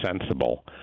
sensible